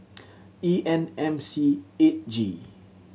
E N M C eight G